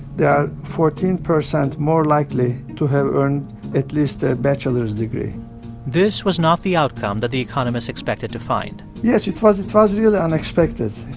fourteen percent more likely to have earned at least a bachelor's degree this was not the outcome that the economists expected to find yes, it was it was really unexpected,